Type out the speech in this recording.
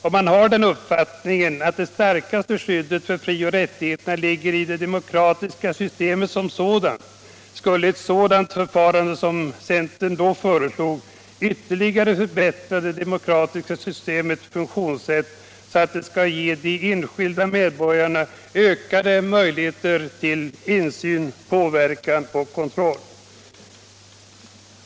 Om man har den uppfattningen att det starkaste skyddet för frioch rättigheterna ligger i det demokratiska systemet som sådant, skulle ett dylikt förfarande ytterligare förbättra det demokratiska systemets funktionssätt så att det ger de enskilda människorna ökade möjligheter till insyn, påverkan och kontroll.